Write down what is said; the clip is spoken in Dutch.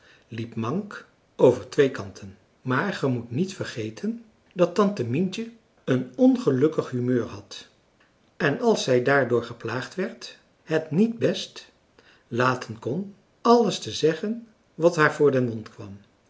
liep mank over twee kanten maar ge moet niet vergeten dat tante mientje een ongelukkig françois haverschmidt familie en kennissen humeur had en als zij daardoor geplaagd werd het niet best laten kon alles te zeggen wat haar voor den mond kwam